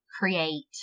create